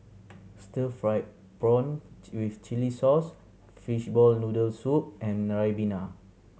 stir fried prawn with chili sauce fishball noodle soup and ribena